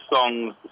songs